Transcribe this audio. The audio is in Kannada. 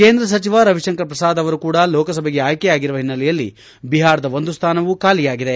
ಕೇಂದ್ರ ಸಚಿವ ರವಿಶಂಕರ್ ಪ್ರಸಾದ್ ಅವರು ಕೂಡ ಲೋಕಸಭೆಗೆ ಆಯ್ತೆ ಆಗಿರುವ ಹಿನ್ನೆಲೆಯಲ್ಲಿ ಬಿಹಾರದ ಒಂದು ಸ್ವಾನವೂ ಖಾಲಿಯಾಗಿದೆ